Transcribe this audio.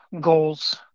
goals